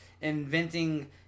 inventing